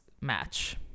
match